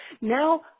Now